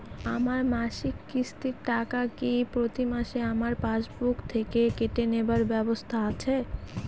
আমার মাসিক কিস্তির টাকা কি প্রতিমাসে আমার পাসবুক থেকে কেটে নেবার ব্যবস্থা আছে?